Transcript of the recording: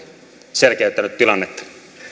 selkeyttänyt tilannetta arvoisa puhemies